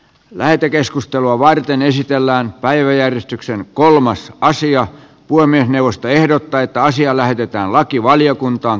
lähetekeskustelua varten esitellään päiväjärjestyksen kolmas aasian puolemme puhemiesneuvosto ehdottaa että asia lähetetään lakivaliokuntaan